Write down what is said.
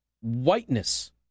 whiteness